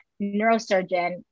neurosurgeon